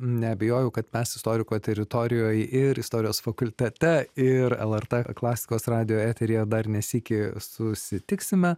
neabejoju kad mes istoriko teritorijoj ir istorijos fakultete ir lrt klasikos radijo eteryje dar ne sykį susitiksime